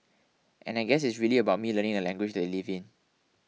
and I guess it's really about me learning the language that they live in